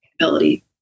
ability